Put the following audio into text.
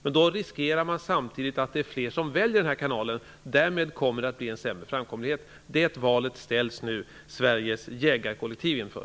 Men då riskerar man samtidigt att fler väljer den kanal som följer med en sådan apparat, och därav följer en sämre framkomlighet. Det valet ställs nu Sveriges jägarkollektiv inför.